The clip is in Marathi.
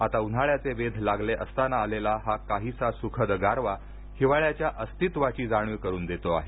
आता उन्हाळ्याचे वेध लागले असताना आलेला हा काहीसा स्खद गारवा हिवाळ्याच्या अस्तित्वाची जाणीव करून देतो आहे